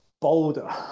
boulder